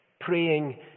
praying